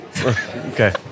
Okay